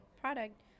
product